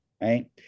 right